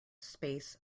space